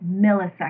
milliseconds